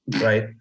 right